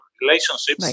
relationships